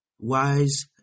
Wise